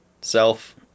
self